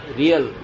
real